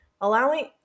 allowing